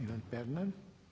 Ivan Pernar.